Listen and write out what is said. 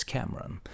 Cameron